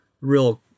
real